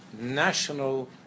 national